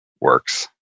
works